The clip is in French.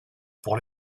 pour